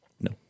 no